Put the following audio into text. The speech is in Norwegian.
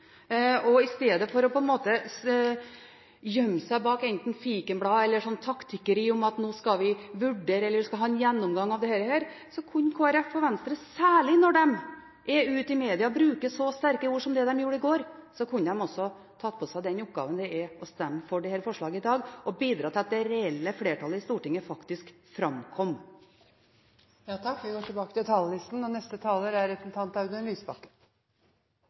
I stedet for å gjemme seg bak enten fikenblad eller taktikkeri om at nå skal vi vurdere eller ha en gjennomgang av dette, kunne Kristelig Folkeparti og Venstre – særlig når man er ute i mediene og bruker så sterke ord som man gjorde i går – tatt på seg den oppgaven å stemme for dette forslaget i dag og bidratt til at det reelle flertallet i Stortinget faktisk framkom. Replikkordskiftet er omme. Jeg tror det vi folkevalgte i ettertid blir målt på, er vår evne til å gå inn i vår tid og gi svar på det som er